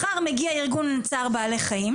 מחר מגיע לשטח ארגון צער בעלי חיים,